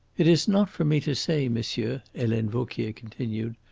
it is not for me to say, monsieur, helene vauquier continued.